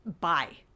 bye